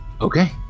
Okay